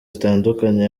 zitandukanye